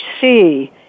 see